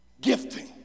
Gifting